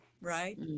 right